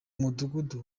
mudugudu